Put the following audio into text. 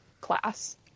class